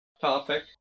topic